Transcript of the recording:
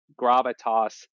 gravitas